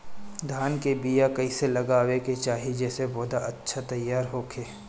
धान के बीया कइसे लगावे के चाही जेसे पौधा अच्छा तैयार होखे?